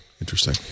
Interesting